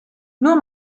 nur